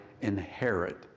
inherit